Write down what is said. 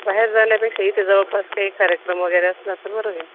बाहेर जाण्यापेक्षा इथे जवळपास काही कार्यक्रम वगैरे असला तर बरं होईल